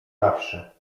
zawsze